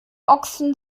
ochsen